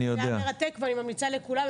זה היה מרתק ואני ממליצה לכולם.